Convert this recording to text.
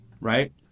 right